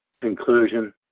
conclusion